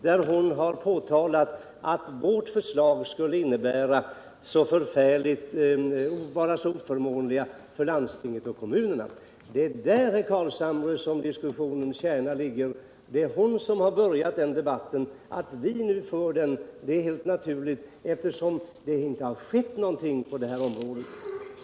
Där har hon påtalat att våra förslag skulle vara mycket oförmånliga för landstingen och kommunerna. Det är där, herr Carlshamre, som diskussionens kärna ligger. Det är hon som har börjat den debatten. Att vi nu för den är helt naturligt, eftersom det inte har skett någonting på det här området.